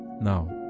Now